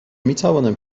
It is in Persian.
میتوانم